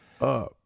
up